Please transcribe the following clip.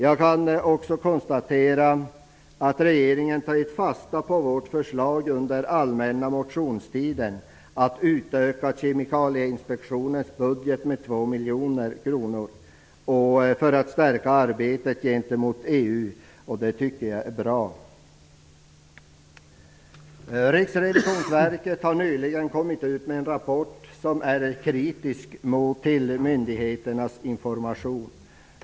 Jag kan också konstatera att regeringen tagit fasta på vårt förslag under den allmänna motionstiden att utöka Kemikalieinspektionens budget med 2 miljoner kronor för att stärka arbetet gentemot EU. Det tycker jag är bra. Riksrevisionsverket har nyligen kommit ut med en rapport som är kritisk till myndigheternas information.